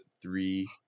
three